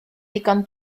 ddigon